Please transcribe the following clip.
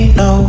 no